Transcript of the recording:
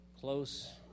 close